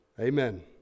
Amen